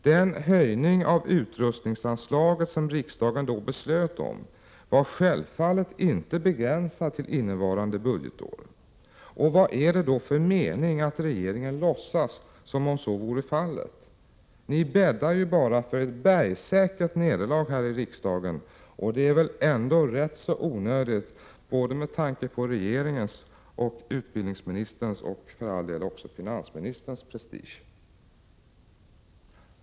Den höjning av utrustningsanslaget som riksdagen då beslöt om var självfallet inte begränsad till innevarande budgetår. Vad är det för mening att regeringen låtsas som om så vore fallet? Ni bäddar ju bara för ett bergsäkert nederlag här i riksdagen, och det är väl ändå rätt så onödigt, både med tanke på regeringens, utbildningsministerns och för all del också finansministerns prestige.